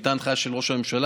הייתה הנחיה של ראש הממשלה,